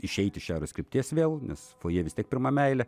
išeiti iš šiaurės krypties vėl nes fojė vis tiek pirma meilė